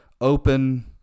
open